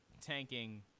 tanking